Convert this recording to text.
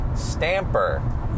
stamper